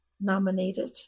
nominated